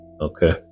okay